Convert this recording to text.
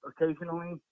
occasionally